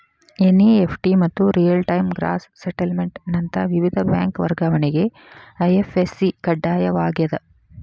NEFT ಮತ್ತ real time gross settlement ನಂತ ವಿವಿಧ ಬ್ಯಾಂಕ್ ವರ್ಗಾವಣೆಗೆ ಐ.ಎಫ್.ಎಸ್.ಸಿ ಕಡ್ಡಾಯವಾಗ್ಯದ